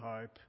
hope